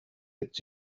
its